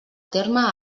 terme